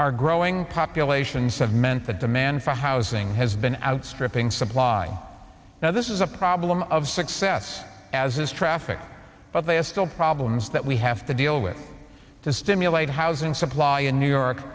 our growing populations have meant that demand for housing has been outstripping supply now this is a problem of success as is traffic but they are still problems that we have to deal with to stimulate housing supply in new york